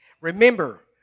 Remember